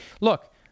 look